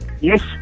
Yes